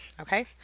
okay